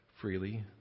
freely